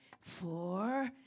four